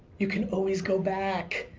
you can always go back.